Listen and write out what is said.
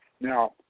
Now